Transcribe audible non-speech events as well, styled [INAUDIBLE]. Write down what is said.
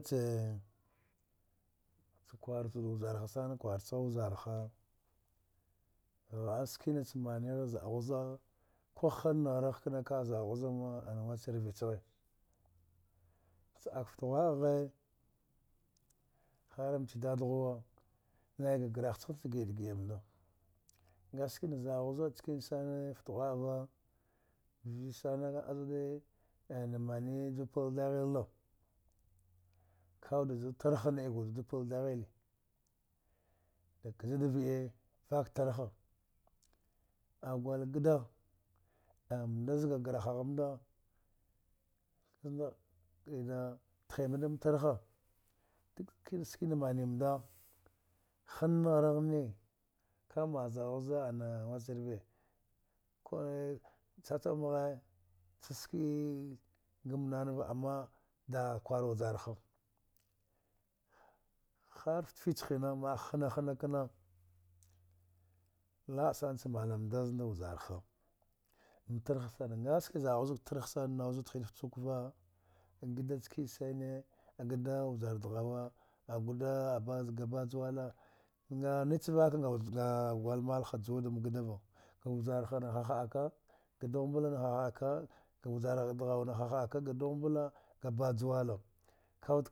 [HESITATION] kwara za wuda vjazaha, kwarci ha vjazah, hada sikina ca mine zidhu zida, ku hinar kena zidu zida warci rvi ce kha, ca daka fte ghwa'a a har nce dadaghuwa, nay ga greha ci ci gida gida nda, a ski na zidhu zida nickene fte ghwa'a va viye sana aza wuda na ju pla dihili na ka ju tragha na dku wuda ti pla dehili da kaja da vdi vka tragha, a gwal gada a nda zaga greha nda, azida tihe da ma tragha sikina mane nda han nari ne ka ma'a zidhu zida, wacervi cam cam kha ca ski gmanava amma dagha kwar vjarah, har fte fici hana, laba ca mana nda azida vjarah, ne tragha than, a ski zidhu zida cha tra nawa azi wuda tihi da tuckava, gada nickene sana, gada vjaradegwa, a gada ga bajawala, a niche vka a gwal malhava juwa da gadava, ka vjarah na hakaka, dugh bala hahaka, vjara deghwa, ga dugha bala ga bajawala